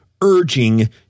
urging